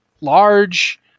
large